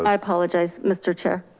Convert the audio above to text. i apologize, mr. chair,